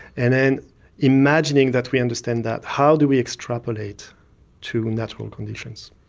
and then imagining that we understand that, how do we extrapolate to natural conditions?